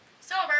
sober